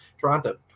Toronto